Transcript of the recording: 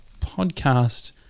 podcast